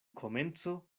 komenco